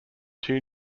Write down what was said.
two